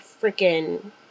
freaking